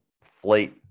fleet